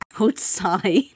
outside